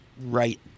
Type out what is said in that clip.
right